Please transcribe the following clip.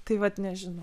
tai vat nežinau